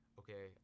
okay